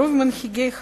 רוב מנהיגי העולם,